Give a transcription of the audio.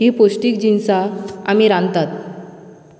हीं पोश्टीक जिनसां आमी रांदतात